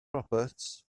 roberts